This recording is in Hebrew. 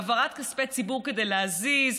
העברת כספי ציבור כדי להזיז,